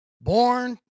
Born